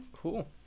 cool